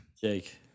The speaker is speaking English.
Jake